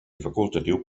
facultatiu